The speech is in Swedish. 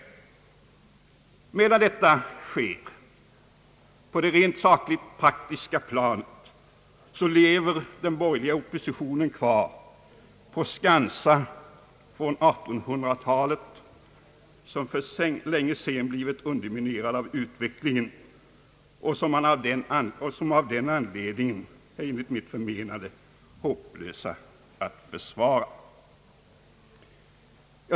Medan detta sker på det rent sakliga och praktiska planet lever den borgerliga oppositionen kvar på skansar från 1800-talet, som för länge sedan blivit underminerade av utvecklingen och som av den anledningen enligt mitt förmenande är hopplösa att försvara.